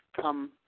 come